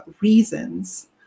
reasons